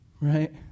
right